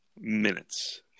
Minutes